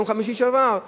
ביום חמישי שעבר,